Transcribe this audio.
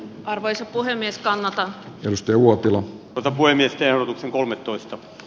arvoisa puhemies kannattaa kari uotilan tavoin este on kolmetoista